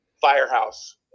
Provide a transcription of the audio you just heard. firehouse